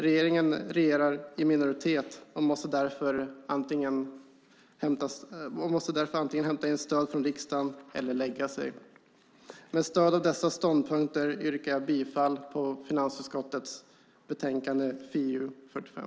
Regeringen regerar i minoritet och måste därför antingen hämta stöd från riksdagen eller lägga sig. Med stöd av dessa ståndpunkter yrkar jag bifall till förslaget i finansutskottets betänkande FiU45.